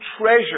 treasure